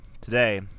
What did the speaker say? Today